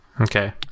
Okay